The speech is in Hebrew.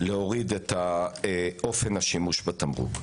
להוריד את אופן השימוש בתמרוק.